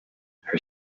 her